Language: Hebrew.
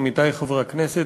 עמיתי חברי הכנסת,